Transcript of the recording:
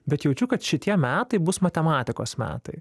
bet jaučiu kad šitie metai bus matematikos metai